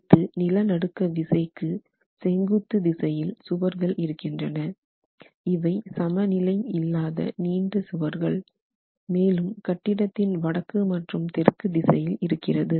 அடுத்து நிலநடுக்க விசைக்கு செங்குத்து திசையில் சுவர்கள் இருக்கின்றன இவை சமநிலை இல்லாத நீண்ட சுவர்கள் மேலும் கட்டிடத்தின் வடக்கு மற்றும் தெற்கு திசையில் இருக்கிறது